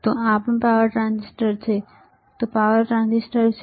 તો આ પણ ટ્રાન્ઝિસ્ટર છે આ પણ ટ્રાન્ઝિસ્ટર છે આ પણ ટ્રાન્ઝિસ્ટર છે આ પણ ટ્રાન્ઝિસ્ટર છે